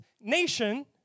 nation